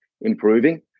improving